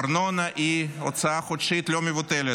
ארנונה היא הוצאה חודשית לא מבוטלת,